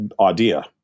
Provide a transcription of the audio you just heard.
idea